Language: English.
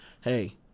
Hey